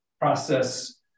process